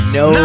no